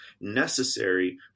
necessary